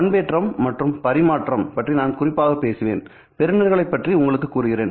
பண்பேற்றம் மற்றும் பரிமாற்றம் பற்றி நான் குறிப்பாகப் பேசுவேன் பெறுநர்களைப் பற்றி உங்களுக்கு கூறுகிறேன்